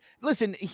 Listen